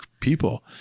people